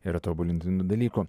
yra tobulintinų dalykų